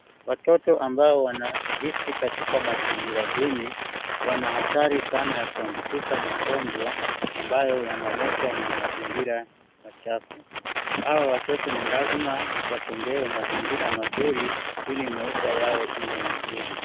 Watoto ambao wanaishi katika mazingira duni wana hatari sana ya kuambukizwa magonjwa ambayo yanaletwa na mazingira machafu. Hao watoto lazima watengewe mazingira mazuri hili maisha yao iwe mazuri.